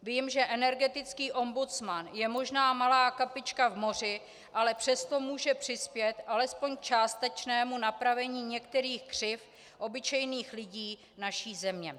Vím, že energetický ombudsman je možná malá kapička v moři, ale přesto může přispět alespoň k částečnému napravení některých křivd obyčejných lidí naší země.